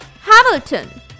Hamilton